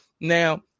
now